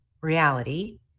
reality